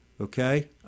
okay